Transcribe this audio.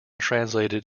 translated